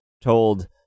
told